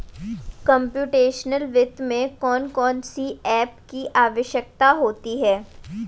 computational वित्त में कौन कौन सी एप की आवश्यकता होती है